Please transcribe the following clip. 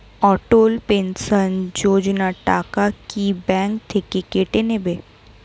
অটল pension Yojana টাকা কি bank থেকে কেটে নেবে?